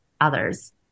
others